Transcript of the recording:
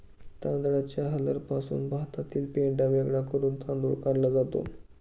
तांदळाच्या हलरपासून भातातील पेंढा वेगळा करून तांदूळ काढला जातो